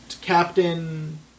captain